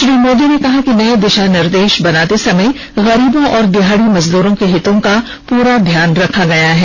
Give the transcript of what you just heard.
श्री मोदी ने कहा कि नये दिशा निर्देश बनाते समय गरीबों और दिहाड़ी मजदूरों के हितों का पूरा ध्यान रखा गया है